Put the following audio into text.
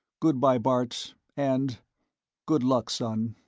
goodbye, bart. and good luck, son.